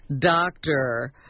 doctor